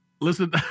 listen